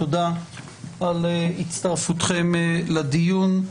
תודה על הצטרפותכם לדיון.